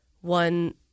one